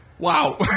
Wow